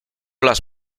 las